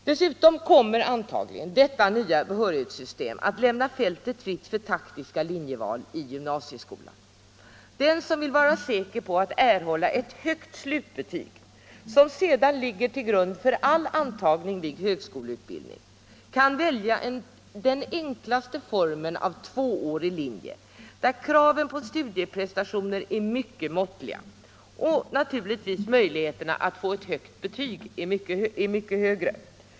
Dessutom kommer antagligen detta nya behörighetssystem att lämna fältet fritt för taktiska linjeval i gymnasieskolan. Den som vill vara säker på att erhålla ett högt slutbetyg, som sedan ligger till grund för all antagning till högskoleutbildning, kan välja den enklaste formen av tvåårig linje, där kraven på studieprestationer är mycket måttliga och möjligheterna att få ett högt betyg därmed mycket större.